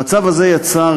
המצב הזה יצר